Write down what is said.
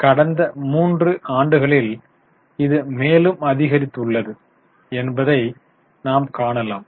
எனவே கடந்த மூன்று ஆண்டுகளில் இது மேலும் அதிகரித்துள்ளது என்பதை நாம் காணலாம்